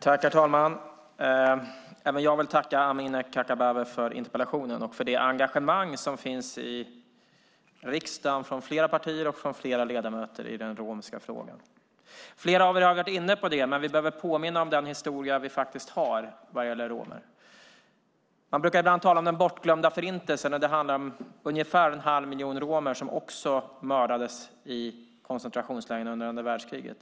Herr talman! Även jag vill tacka Amineh Kakabaveh för interpellationen och för det engagemang i den romska frågan som finns i riksdagen hos många ledamöter från flera partier. Flera av er har varit inne på det, men vi behöver påminna om romernas historia. Man brukar ibland tala om den bortglömda Förintelsen. Det handlar om ungefär en halv miljon romer som också mördades i koncentrationslägren under andra världskriget.